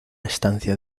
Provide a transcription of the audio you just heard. estancia